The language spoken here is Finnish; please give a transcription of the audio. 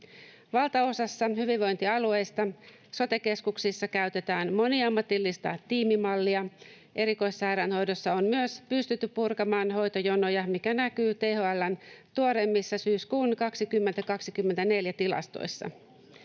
Valtaosassa hyvinvointialueista sote-keskuksissa käytetään moniammatillista tiimimallia. Erikoissairaanhoidossa on myös pystytty purkamaan hoitojonoja, mikä näkyy THL:n tuoreimmissa, syyskuun 2024 tilastoissa.